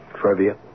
Trivia